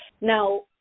Now